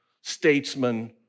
statesman